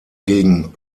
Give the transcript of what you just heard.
gegen